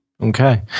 Okay